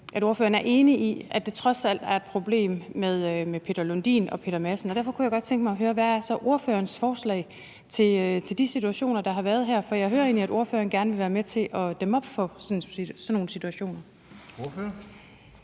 at ordføreren er enig i, at det trods alt er et problem med Peter Lundin og Peter Madsen, og derfor kunne jeg godt tænke mig at høre, hvad ordførerens forslag så er i forhold til de situationer, der har været her, for jeg hører egentlig, at ordføreren gerne vil være med til at dæmme op for sådan nogle situationer.